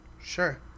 sure